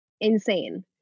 insane